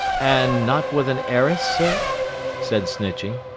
and not with an heiress, sir said snitchey.